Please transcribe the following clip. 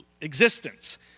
existence